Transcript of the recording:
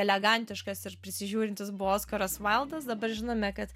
elegantiškas ir prisižiūrintis buvo oskaras vaildas dabar žinome kad